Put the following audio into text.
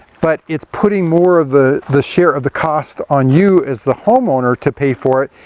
but it's putting more of the the share of the cost on you as the homeowner to pay for it,